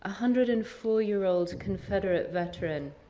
ah hundred and four year old confederate veteran.